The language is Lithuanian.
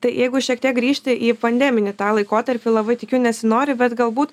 tai jeigu šiek tiek grįžti į pandeminį tą laikotarpį labai tikiu nesinori bet galbūt